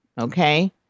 Okay